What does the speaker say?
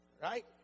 Right